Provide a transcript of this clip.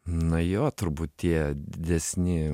na jo turbūt tie didesni